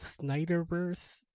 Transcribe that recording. Snyderverse